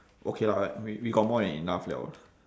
okay lah we we got more than enough [liao]